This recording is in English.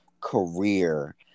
career